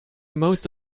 most